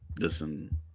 Listen